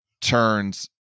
turns –